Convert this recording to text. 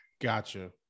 Gotcha